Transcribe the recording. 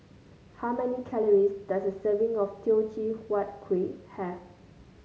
how many calories does a serving of Teochew Huat Kueh have